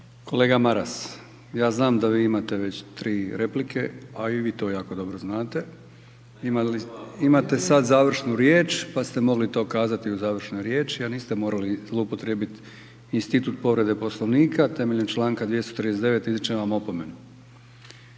Kolega Maras, ja znam da vi imate već tri replike, a i vi to jako dobro znate, imate sada završnu riječ pa ste mogli to kazati u završnoj riječi a niste morali zloupotrijebiti institut povrede Poslovnika. Temeljem članka 239.